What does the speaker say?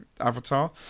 Avatar